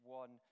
one